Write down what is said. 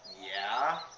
yeah.